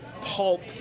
pulp